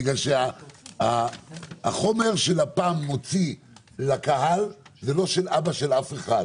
בגלל שהחומר שלפ"ם מוציא לקהל זה לא של אבא של אף אחד,